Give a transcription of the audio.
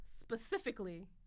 Specifically